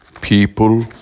people